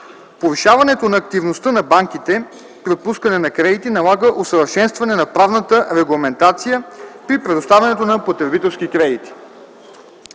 Повишаването на активността на банките при отпускане на кредити налага усъвършенстване на правната регламентация при предоставянето на потребителски кредити.